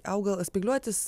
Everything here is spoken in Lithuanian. augalas spygliuotis